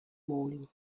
morning